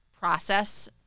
process